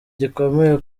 gikomeye